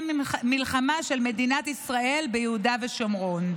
מלחמה של מדינת ישראל ביהודה ושומרון.